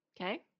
okay